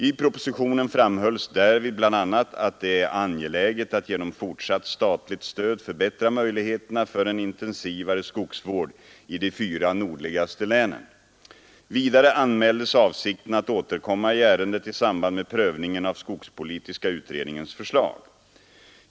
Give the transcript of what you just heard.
I propositionen framhölls därvid bl.a. att det är angeläget att genom fortsatt statligt stöd förbättra möjligheterna för en intensivare skogsvård i de fyra nordligaste länen. Vidare anmäldes avsikten att återkomma i ärendet i samband med prövningen av skogspolitiska utredningens förslag.